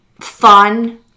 fun